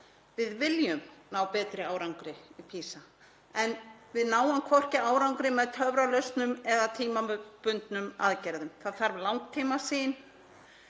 Við viljum ná betri árangri í PISA en við náum hvorki árangri með töfralausnum né tímabundnum aðgerðum, það þarf langtímasýn.